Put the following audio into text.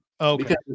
Okay